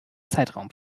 zeitraum